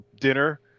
dinner